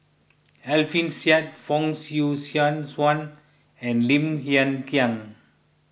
Alfian Sa'At Fong Swee Suan and Lim Hng Kiang